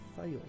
fail